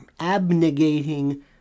abnegating